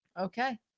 Okay